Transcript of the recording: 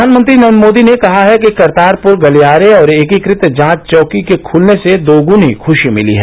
प्रधानमंत्री नरेन्द्र मोदी ने कहा है कि करतारपुर गलियारे और एकीकृत जांच चौकी के खुलने से दोगनी खुशी मिली है